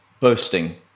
bursting